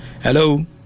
Hello